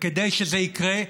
כדי שזה יקרה,